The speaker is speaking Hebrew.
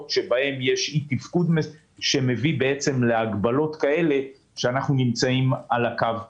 שבהם יש אי-תפקוד שמביא להגבלות כאלה שאנחנו נמצאים על הקו האדום.